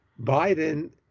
Biden